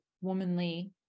womanly